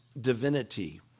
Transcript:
divinity